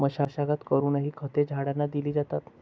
मशागत करूनही खते झाडांना दिली जातात